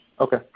Okay